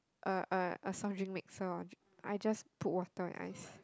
a a a soft drink mixer I just put water ice